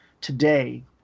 today